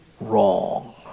wrong